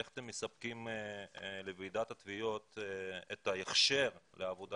איך אתם מספקים לוועידת התביעות את ההכשר לעבודה